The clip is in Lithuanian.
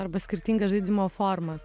arba skirtingas žaidimo formas